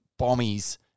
bombies